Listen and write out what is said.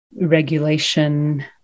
regulation